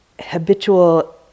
habitual